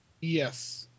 Yes